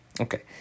Okay